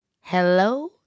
Hello